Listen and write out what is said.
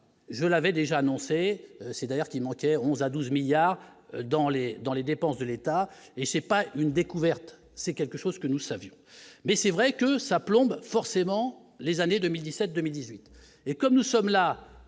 je l'avais déjà annoncés, c'est d'ailleurs qui manquait 11 à 12 milliards dans les dans les dépenses de l'État et c'est pas une découverte, c'est quelque chose que nous savions mais c'est vrai que ça plombe forcément les années 2017, 2018 et comme nous sommes là